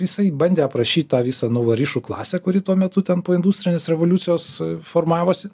jisai bandė aprašyt tą visą nuvorišų klasę kuri tuo metu ten po industrinės revoliucijos formavosi